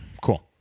Cool